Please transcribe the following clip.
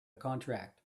contract